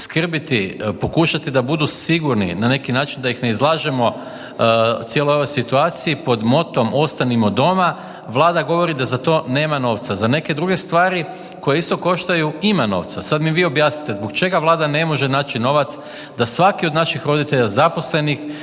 skrbiti, pokušati da budu sigurni na neki način da ih ne izlažemo cijeloj ovoj situaciji pod motom „ostanimo doma“ Vlada govori da za to nema novca. Za neke druge stvari koje isto koštaju ima novca. Sad mi vi objasnite zbog čega Vlada ne može naći novac da svaki od naših roditelja zaposlenih